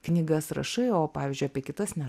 knygas rašai o pavyzdžiui apie kitas ne